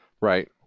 Right